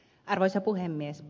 arvoisa puhemies